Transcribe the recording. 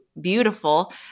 beautiful